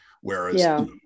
Whereas